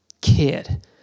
kid